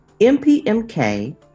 MPMK